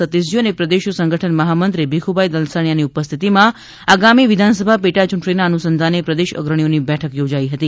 સતીશજી અને પ્રદેશ સંગઠન મહામંત્રીશ્રી ભીખુભાઇ દલસાણીયાની ઉપસ્થિતિમાં આગામી વિધાનસભા પેટાચૂંટણીના અનુસંધાને પ્રદેશ અગ્રણીશ્રીઓની બેઠક યોજાઈ હતી